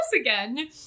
again